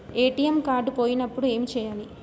ATM card పోయినప్పుడు ఏమి చేయాలి?